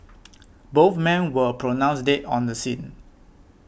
both men were pronounced dead on the scene